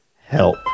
help